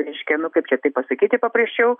reiškia nu kaip čia taip pasakyti paprasčiau